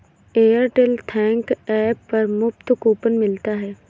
Airtel thanks app पर मुफ्त coupon मिलता है